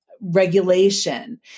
regulation